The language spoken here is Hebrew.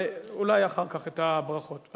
אולי אחר כך הברכות.